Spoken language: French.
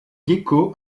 gecko